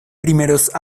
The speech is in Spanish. primeros